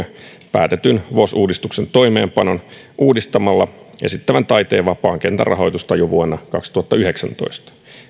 päätetyn vuosiuudistuksen toimeenpanon uudistamalla esittävän taiteen vapaan kentän rahoitusta jo vuonna kaksituhattayhdeksäntoista lisämääräraha